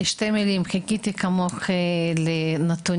אומר בשני משפטים: חיכיתי כמוך לנתונים